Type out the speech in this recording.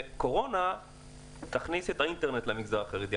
והקורונה תכניס את האינטרנט למגזר החרדי.